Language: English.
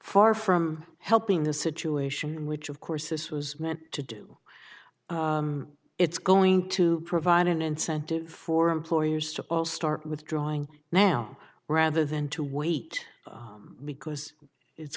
far from helping the situation which of course this was meant to do it's going to provide an incentive for employers to start withdrawing now rather than to wait because it's